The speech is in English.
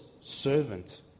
servant